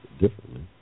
differently